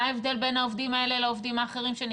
מה ההבדל בין העובדים האלה לעובדים האחרים שנקלטו?